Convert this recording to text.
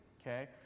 okay